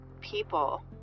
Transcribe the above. people